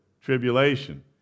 tribulation